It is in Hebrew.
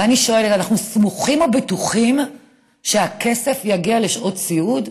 ואני שואלת: אנחנו סמוכים ובטוחים שהכסף יגיע לשעות סיעוד?